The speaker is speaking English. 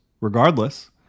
regardless